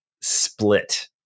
split